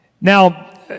Now